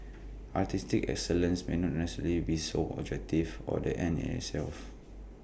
artistic excellence may not necessarily be sole objective or the end in itself